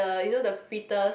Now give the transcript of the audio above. er you know the fritters